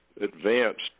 advanced